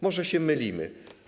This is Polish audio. Może się mylimy.